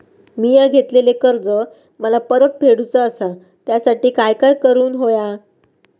मिया घेतलेले कर्ज मला परत फेडूचा असा त्यासाठी काय काय करून होया?